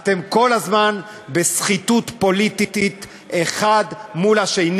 אתם כל הזמן בסחיטוּת פוליטית אחד מול השני.